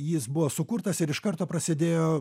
jis buvo sukurtas ir iš karto prasidėjo